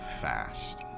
fast